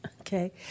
Okay